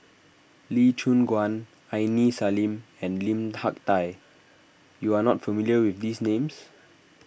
Lee Choon Guan Aini Salim and Lim Hak Tai you are not familiar with these names